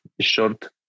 short